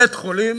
בית-חולים